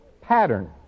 pattern